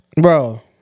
Bro